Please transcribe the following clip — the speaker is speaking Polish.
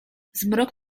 zmrok